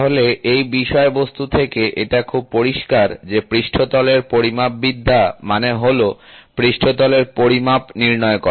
তাহলে এই বিষয় বস্তু থেকে এটা খুব পরিষ্কার যে পৃষ্ঠতলের পরিমাপবিদ্যা মানে হল পৃষ্ঠতলের পরিমাপ নির্ণয় করা